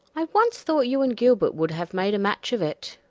i once thought you and gilbert would have made a match of it,